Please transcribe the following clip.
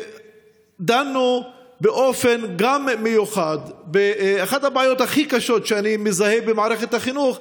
דנו באופן מיוחד באחת הבעיות הכי קשות שאני מזהה במערכת החינוך,